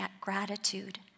gratitude